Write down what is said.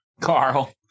Carl